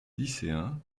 lycéen